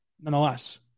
nonetheless